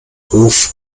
hof